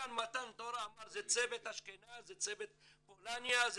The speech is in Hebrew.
כשנתן את מתן תורה לא אמר "זה צוות אשכנז" "זה צוות פולניה" "זה